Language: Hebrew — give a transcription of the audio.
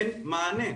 אין מענה.